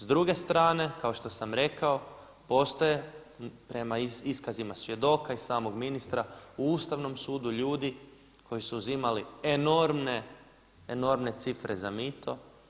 S druge strane, kao što sam rekao postoje prema iskazima svjedoka i samog ministra u Ustavnom sudu ljudi koji su uzimali enormne cifre za mito.